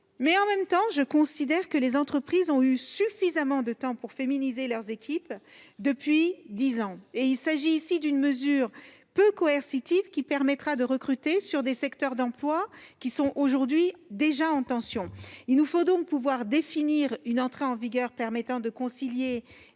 dans le même temps que, depuis dix ans, les entreprises ont eu suffisamment de temps pour féminiser leurs équipes. Il s'agit ici d'une mesure peu coercitive, qui permettra de recruter sur des secteurs d'emplois aujourd'hui déjà en tension. Il nous faut donc pouvoir définir une entrée en vigueur permettant de concilier